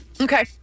Okay